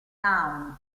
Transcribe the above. town